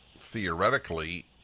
theoretically